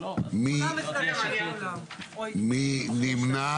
מי נמנע?